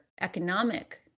economic